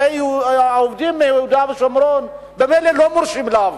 הרי העובדים מיהודה ושומרון ממילא לא מורשים לעבור,